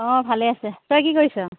অঁ ভালেই আছে তই কি কৰিছ